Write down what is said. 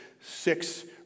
six